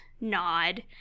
nod